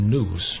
News